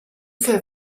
für